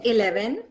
Eleven